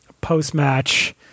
post-match